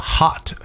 Hot